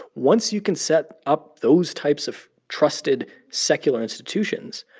once you can set up those types of trusted secular institutions,